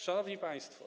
Szanowni Państwo!